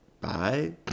Bye